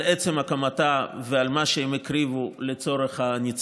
עצם הקמתה ועל מה שהם הקריבו לצורך הניצחון.